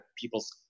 people's